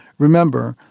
remember,